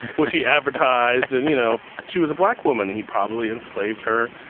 which he advertised, and, you know, she was a black woman. he probably enslaved her.